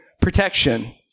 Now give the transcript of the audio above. protection